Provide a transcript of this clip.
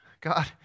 God